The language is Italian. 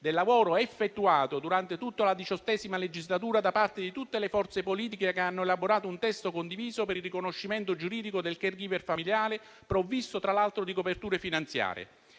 del lavoro effettuato durante tutta la XVIII legislatura da parte di tutte le forze politiche che hanno elaborato un testo condiviso per il riconoscimento giuridico del *caregiver* familiare, provvisto - tra l'altro - di coperture finanziarie.